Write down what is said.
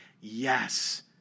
yes